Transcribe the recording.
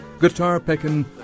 guitar-picking